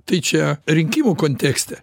tai čia rinkimų kontekste